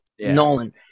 Nolan